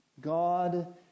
God